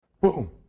boom